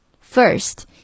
First